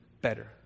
better